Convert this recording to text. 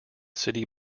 city